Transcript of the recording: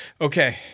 Okay